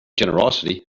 generosity